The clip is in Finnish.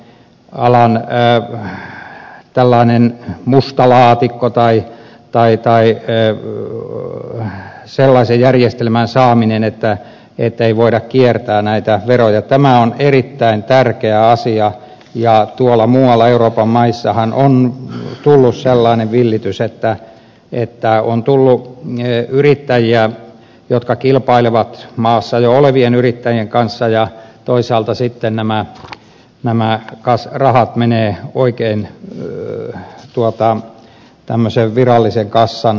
tämä ravintola alan tällainen musta laatikko tai paikkaa ei tee minulle sellaisen järjestelmän saaminen ettei voida kiertää näitä veroja on erittäin tärkeä asia ja tuolla muualla euroopassahan on sellainen villitys että on tullut yrittäjiä jotka kilpailevat maassa jo olevien yrittäjien kanssa ja toisaalta sitten nämä rahat menevät virallisen kassan ohi